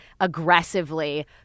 aggressively